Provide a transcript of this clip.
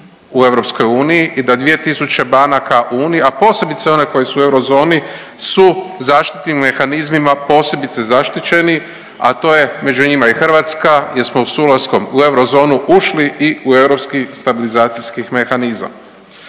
u EU i da 2.000 banaka u Uniji, a posebice one koje su u eurozoni su zaštitnim mehanizmima posebice zaštićeni, a to je među njima i Hrvatska, jesmo s ulaskom u eurozonu ušli i u europski stabilizacijski mehanizam.